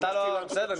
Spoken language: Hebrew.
בסדר,